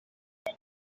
ati